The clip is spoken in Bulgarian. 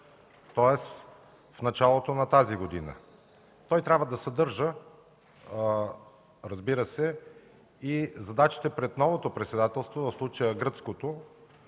тоест в началото на тази година. Той трябва да съдържа, разбира се, и задачите пред новото председателство, в случая гръцкото,